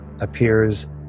appears